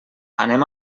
anem